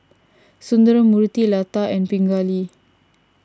Sundramoorthy Lata and Pingali